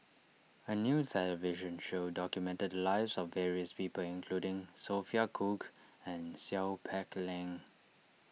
a new television show documented lives of various people including Sophia Cooke and Seow Peck Leng